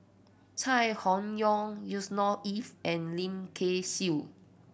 Chai Hon Yoong Yusnor Ef and Lim Kay Siu